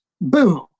Boom